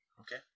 Okay